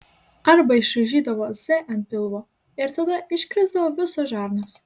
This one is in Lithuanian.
arba išraižydavo z ant pilvo ir tada iškrisdavo visos žarnos